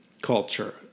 culture